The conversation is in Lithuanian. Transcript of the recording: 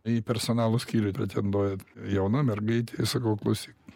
į personalo skyrių pretenduojat jauna mergaitė i sakau klausyk